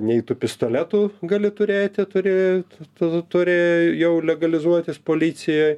nei tų pistoletų gali turėti turi tu turi jau legalizuotis policijoj